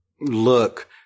look